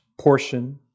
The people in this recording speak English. portion